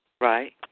Right